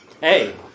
Hey